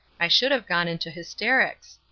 i should have gone into hysterics.